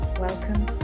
welcome